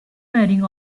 bearings